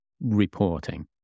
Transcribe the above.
reporting